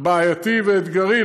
בעייתי ואתגרי,